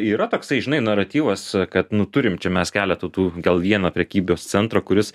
yra toksai žinai naratyvas kad nu turim čia mes keletą tų gal vieną prekybos centrą kuris